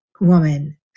woman